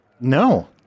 No